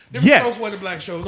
Yes